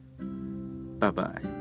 Bye-bye